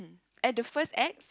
and the first ex